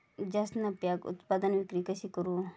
जास्त नफ्याक उत्पादन विक्री कशी करू?